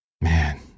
man